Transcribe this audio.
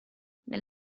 nel